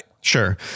Sure